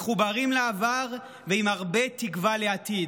מחוברים לעבר ועם הרבה תקווה לעתיד.